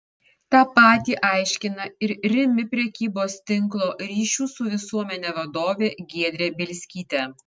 tą patį aiškina ir rimi prekybos tinklo ryšių su visuomene vadovė giedrė bielskytė